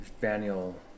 Daniel